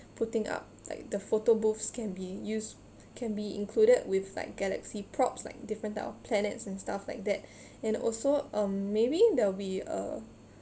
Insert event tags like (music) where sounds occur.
putting up like the photo booths can be used can be included with like galaxy props like different type of planets and stuff like that (breath) and also um maybe the we uh